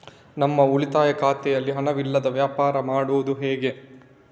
ನಮ್ಮ ಉಳಿತಾಯ ಖಾತೆಯಲ್ಲಿ ಹಣವಿಲ್ಲದೇ ವ್ಯವಹಾರ ಮಾಡುವುದು ಹೇಗೆ?